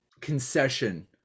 concession